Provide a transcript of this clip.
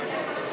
שאלה קצרה.